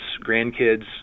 grandkids